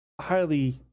highly